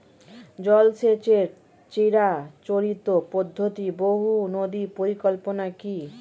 জল সেচের চিরাচরিত পদ্ধতি বহু নদী পরিকল্পনা কি?